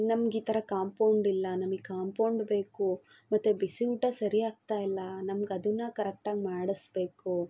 ನಮ್ಗೆ ಈ ಥರ ಕಾಂಪೌಂಡ್ ಇಲ್ಲ ನಮ್ಗೆ ಕಾಂಪೌಂಡ್ ಬೇಕು ಮತ್ತು ಬಿಸಿಯೂಟ ಸರಿಯಾಗ್ತಾ ಇಲ್ಲ ನಮ್ಗೆ ಅದನ್ನು ಕರೆಕ್ಟಾಗಿ ಮಾಡಿಸ್ಬೇಕು